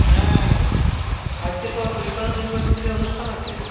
হ্যাঁ আজকে তো সিধুকানু ইউনিভার্সিটিতে অনুষ্ঠান আছে